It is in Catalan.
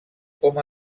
com